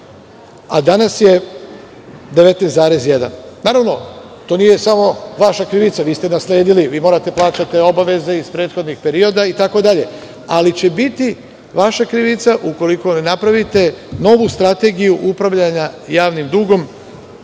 a danas je 19,1. Naravno, to nije samo vaša krivica, vi ste nasledili, vi morate da plaćate iz prethodnog perioda obaveze, ali će biti vaša krivica, ukoliko ne napravite novu strategiju upravljanja javnim dugom